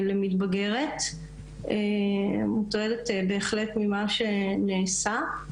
למתבגרת, אני מוטרדת בהחלט ממה שנעשה.